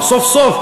סוף-סוף,